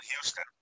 Houston